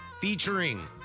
Featuring